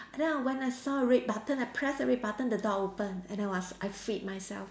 and then when I saw a red button I pressed the red button the door open and then was I freed myself